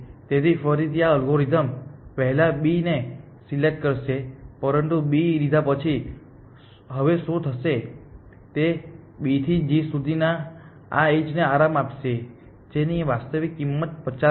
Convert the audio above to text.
તેથી ફરીથી આ અલ્ગોરિધમ પહેલા B ને સિલેક્ટ કરશે પરંતુ B લીધા પછી હવે શું થશે તે B થી g સુધીની આ એજ ને આરામ આપશે જેની વાસ્તવિક કિંમત 50 છે